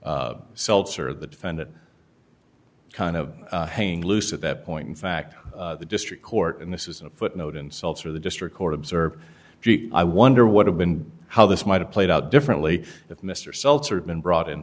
him seltzer the defendant kind of hanging loose at that point in fact the district court and this is a footnote insults or the district court observer gee i wonder what have been how this might have played out differently if mr seltzer been brought in